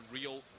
real